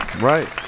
right